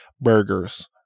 burgers